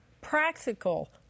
Practical